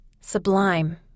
sublime